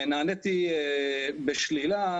נעניתי בשלילה,